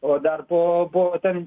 o dar po po ten